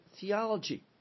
theology